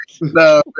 No